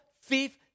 fifth